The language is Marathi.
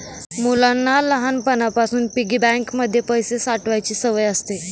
मुलांना लहानपणापासून पिगी बँक मध्ये पैसे साठवायची सवय असते